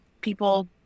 people